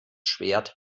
schwert